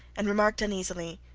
and remarked uneasily,